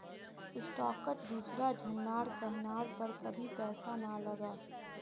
स्टॉकत दूसरा झनार कहनार पर कभी पैसा ना लगा